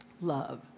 Love